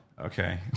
Okay